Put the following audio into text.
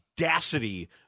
audacity